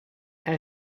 and